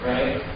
Right